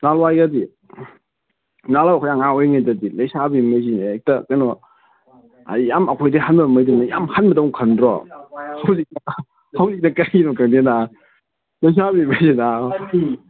ꯅꯍꯥꯟꯋꯥꯏꯒꯗꯤ ꯅꯍꯥꯟꯋꯥꯏ ꯑꯩꯈꯣꯏꯅ ꯑꯉꯥꯡ ꯑꯣꯏꯔꯤꯉꯩꯗꯗꯤ ꯂꯩꯁꯥꯕꯤꯈꯩꯁꯤꯅ ꯍꯦꯛꯇ ꯀꯩꯅꯣ ꯌꯥꯝ ꯑꯩꯈꯣꯏꯗꯩ ꯍꯜꯂꯝꯕꯗꯨ ꯌꯥꯝ ꯍꯟꯕꯗꯧꯅ ꯈꯟꯗ꯭ꯔꯣ ꯍꯧꯖꯤꯛꯅ ꯀꯔꯤꯅꯣ ꯈꯪꯗꯦ ꯅꯥꯕ ꯂꯩꯁꯥꯕꯤꯈꯩꯁꯤ ꯅꯥꯕ